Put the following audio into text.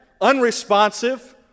unresponsive